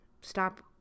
stop